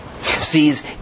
sees